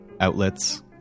outlets